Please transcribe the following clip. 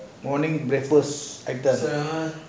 morning breakfats